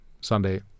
Sunday